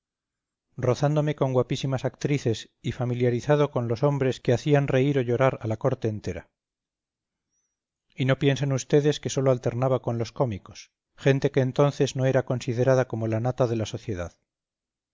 rozándome con guapísimas actrices y familiarizado con los hombres que hacían reír o llorar a la corte entera y no piensen ustedes que sólo alternaba con los cómicos gente que entonces no era considerada como la nata de la sociedad